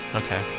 okay